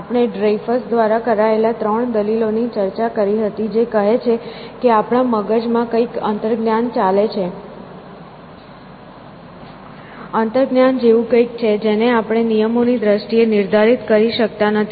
આપણે ડ્રેઇફસ દ્વારા કરાયેલ 3 દલીલોની ચર્ચા કરી હતી જે કહે છે કે આપણા મગજમાં કંઇક અંતજ્ઞાન ચાલે છે અંતજ્ઞાન જેવું કંઈક છે જેને આપણે નિયમોની દ્રષ્ટિએ નિર્ધારિત કરી શકતા નથી